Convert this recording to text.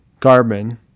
Garmin